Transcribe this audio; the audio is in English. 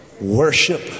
Worship